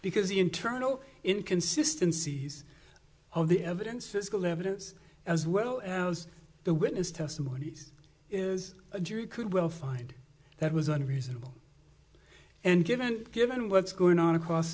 because the internal inconsistency of the evidence physical evidence as well as the witness testimonies is a jury could well find that was unreasonable and given given what's going on across